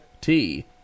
T-